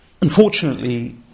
Unfortunately